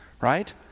right